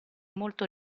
molto